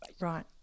Right